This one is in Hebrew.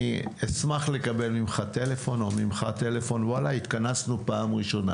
אני אשמח לקבל ממך טלפון 'התכנסנו בפעם הראשונה'.